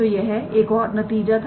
तोयह एक और नतीजा था